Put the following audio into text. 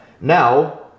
Now